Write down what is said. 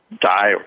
Die